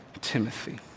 Timothy